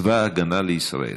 צבא הגנה לישראל.